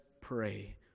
pray